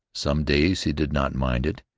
some days he did not mind it,